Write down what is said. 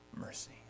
mercy